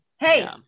Hey